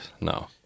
No